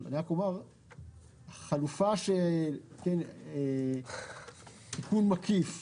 חלופה של תיקון מקיף